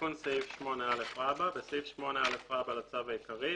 "תיקון סעיף 8א בסעיף 8א לצו העיקרי,